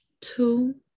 two